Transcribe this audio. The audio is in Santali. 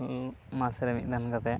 ᱢᱟᱥ ᱨᱮ ᱢᱤᱫ ᱫᱷᱟᱱ ᱠᱟᱛᱮᱫ